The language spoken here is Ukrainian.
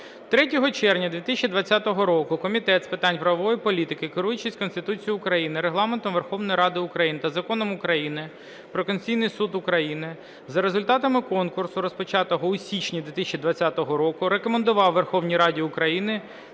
3 червня 2020 року Комітет з питань правової політики, керуючись Конституцією України, Регламентом Верховної Ради України та Законом України "Про Конституційний Суд України", за результатами конкурсу, розпочатого у січні 2020 року, рекомендував Верховній Раді України